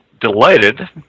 delighted